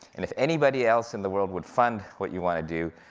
and if anybody else in the world would fund what you wanna do,